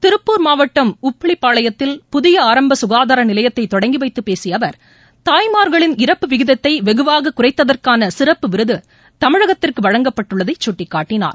திருப்பூர் மாவட்டம் உப்பிலிபாளையத்தில் புதிய ஆரம்ப சுகாதார நிலையத்தை தொடங்கி வைத்து பேசிய அவர் தாய்மா்களின் இறப்பு விகிதத்தை வெகுவாக குறைத்ததற்கான சிறப்பு விருது தமிழகத்திற்கு வழங்கப்பட்டுள்ளதை சுட்டிக்காட்டினார்